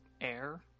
air